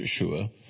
Yeshua